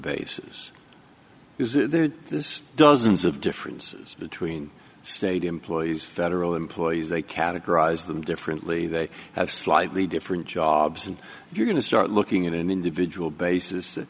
basis is there this dozens of differences between state employees federal employees they categorize them differently they have slightly different jobs and you're going to start looking at an individual basis